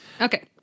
Okay